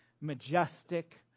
majestic